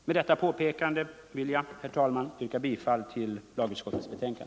Med detta påpekande vill jag, herr talman, yrka bifall till lagutskottets hemställan.